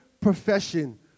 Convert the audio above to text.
profession